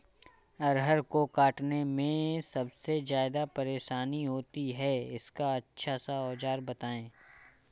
अरहर को काटने में सबसे ज्यादा परेशानी होती है इसका अच्छा सा औजार बताएं?